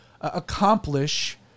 accomplish